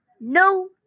No